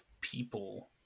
people